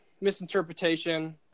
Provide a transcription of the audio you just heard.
misinterpretation